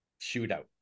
shootout